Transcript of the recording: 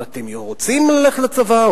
האם אתם רוצים ללכת לצבא,